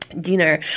dinner